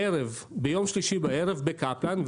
ביום שלישי בערב בקפלן,